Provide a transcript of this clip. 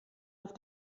auf